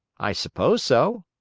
i suppose so.